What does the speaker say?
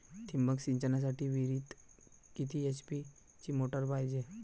ठिबक सिंचनासाठी विहिरीत किती एच.पी ची मोटार पायजे?